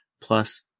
Plus